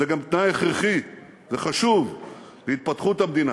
זה גם תנאי הכרחי וחשוב להתפתחות המדינה,